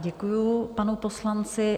Děkuji panu poslanci.